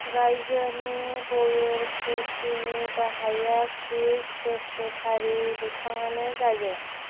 राज्योनि ब्युर'क्रेसिनि गाहाया चिफ सेक्रेटारि बिथाङानो जायो